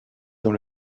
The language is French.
dans